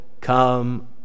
come